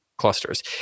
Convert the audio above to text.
clusters